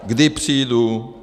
Kdy přijdu.